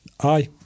Aye